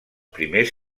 primers